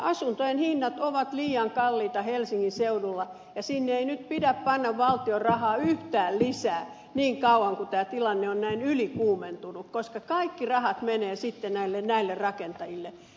asuntojen hinnat ovat liian kalliita helsingin seudulla ja sinne ei nyt pidä panna valtion rahaa yhtään lisää niin kauan kuin tämä tilanne on näin ylikuumentunut koska kaikki rahat menevät sitten näille rakentajille